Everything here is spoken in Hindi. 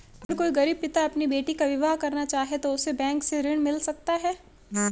अगर कोई गरीब पिता अपनी बेटी का विवाह करना चाहे तो क्या उसे बैंक से ऋण मिल सकता है?